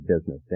business